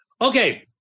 Okay